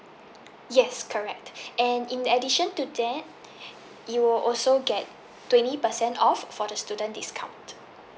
yes correct and in addition to that you will also get twenty percent off for the student discount